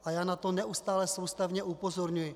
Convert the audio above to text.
A já na to neustále soustavně upozorňuji.